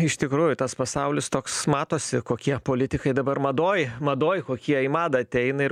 iš tikrųjų tas pasaulis toks matosi kokie politikai dabar madoj madoj kokie į madą ateina ir